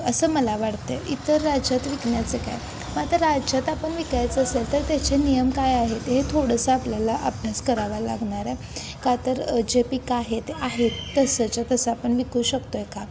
असं मला वाटतं आहे इतर राज्यात विकण्याचं काय मग आता राज्यात आपण विकायचं असेल तर त्याचे नियम काय आहे ते हे थोडंसं आपल्याला अभ्यास करावा लागणार आहे का तर जे पीक आहे ते आहेत तसंच्या तसं आपण विकू शकतो आहे का